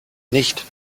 nicht